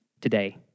today